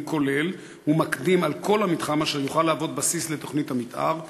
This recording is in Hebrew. כולל ומקדים על כל המתחם אשר יוכל להוות בסיס לתוכנית המתאר?